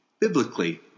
Biblically